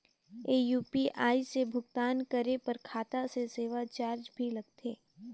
ये यू.पी.आई से भुगतान करे पर खाता से सेवा चार्ज भी लगथे?